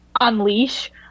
unleash